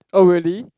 oh really